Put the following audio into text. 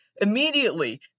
immediately